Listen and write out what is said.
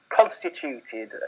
Constituted